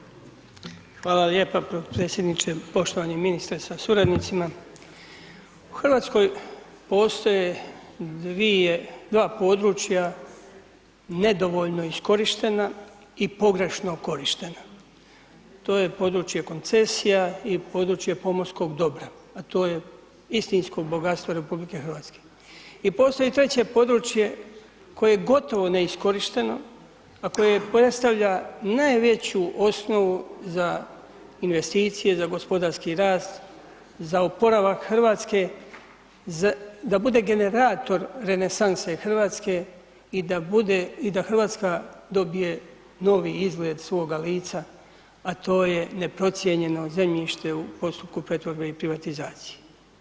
Hvala lijepa potpredsjedniče, poštovani ministre sa suradnicima, u RH postoje dvije, dva područja nedovoljno iskorištena i pogrešno korištena, to je područje koncesija i područje pomorskog dobra, a to je istinsko bogatstvo RH i postoji treće područje koje je gotovo neiskorišteno, a koje predstavlja najveću osnovu za investicije, za gospodarski rast, za oporavak RH, da bude generator renesanse RH i da bude, i da RH dobije novi izgled svoga lica, a to je neprocijenjeno zemljište u postupku pretvorbe i privatizacije.